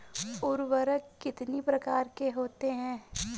उर्वरक कितनी प्रकार के होते हैं?